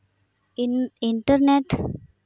internet